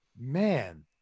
Man